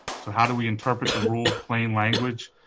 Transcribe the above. so how do we interpret the rule of plain language?